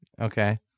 Okay